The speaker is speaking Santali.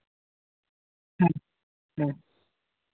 ᱦᱮᱸ ᱦᱮᱸ